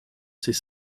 ces